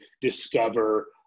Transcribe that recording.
discover